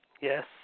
Yes